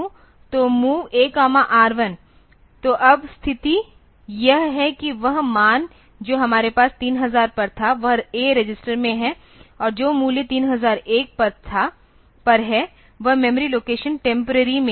तो MOV AR1 तो अब स्थिति यह है कि वह मान जो हमारे पास 3000 पर था वह A रजिस्टर में है और जो मूल्य 3001 पर है वह मेमोरी लोकेशन टेम्पररी में है